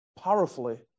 powerfully